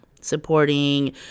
supporting